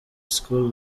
school